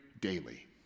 daily